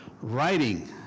writing